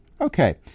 Okay